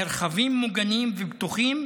מרחבים מוגנים ופתוחים,